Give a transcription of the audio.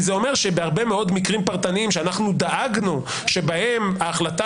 זה אומר שבהרבה מאוד מקרים פרטניים שאנחנו דאגנו שבהם ההחלטה